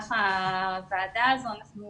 במהלך ישיבת הוועדה, אנחנו